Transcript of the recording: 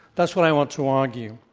that's what i want to argue.